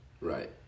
Right